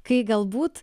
kai galbūt